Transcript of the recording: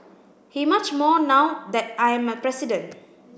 he much more now that I am a president